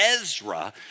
Ezra